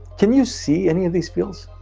can you see any of these fields?